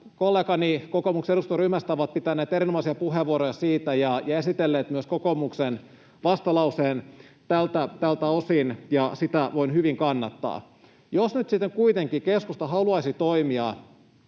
kokoomuksen eduskuntaryhmästä ovat pitäneet erinomaisia puheenvuoroja siitä ja esitelleet myös kokoomuksen vastalauseen tältä osin, ja sitä voin hyvin kannattaa. Jos nyt sitten kuitenkin keskusta haluaisi toimia